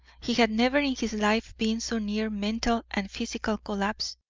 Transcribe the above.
he had never in his life been so near mental and physical collapse.